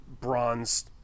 bronze